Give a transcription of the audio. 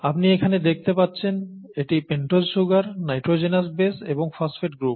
আপনি এখানে দেখতে পাচ্ছেন এটি পেন্টোজ সুগার নাইট্রোজেনাস বেশ এবং ফসফেট গ্রুপ